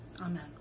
Amen